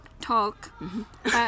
talk